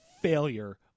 failure